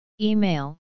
Email